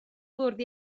fwrdd